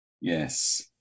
Yes